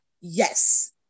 Yes